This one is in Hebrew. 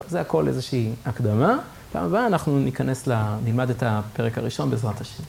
זה הכל איזושהי הקדמה, בפעם הבאה אנחנו ניכנס ל... נלמד את הפרק הראשון בעזרת השם